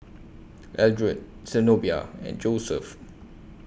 Eldred Zenobia and Joeseph